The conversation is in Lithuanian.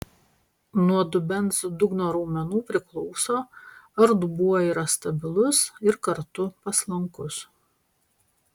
nuo dubens dugno raumenų priklauso ar dubuo yra stabilus ir kartu paslankus